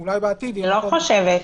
אני לא חושבת.